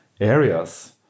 areas